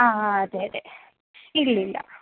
ആ അതെ അതെ ഇല്ലില്ല